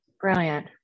Brilliant